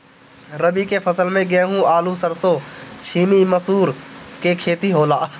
रबी के फसल में गेंहू, आलू, सरसों, छीमी, मसूर के खेती होला